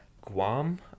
Guam